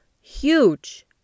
huge